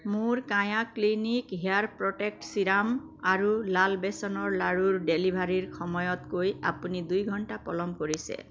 মোৰ Kaya clinic hair protect serum আৰু লাল বেচনৰ লাড়ুৰ ডেলিভাৰীৰ সময়তকৈ আপুনি দুঘণ্টা পলম কৰিছে